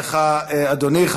תודה לך, אדוני.